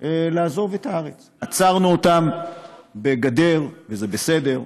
לעזוב את הארץ, עצרנו אותם בגדר, וזה בסדר.